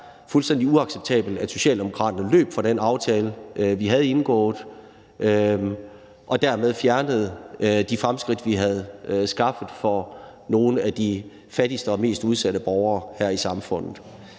fuldstændig uacceptabelt, at Socialdemokraterne løb fra den aftale, vi havde indgået, og dermed fjernede de fremskridt, vi havde skaffet, for nogle af de fattigste og mest udsatte borgere her i samfundet.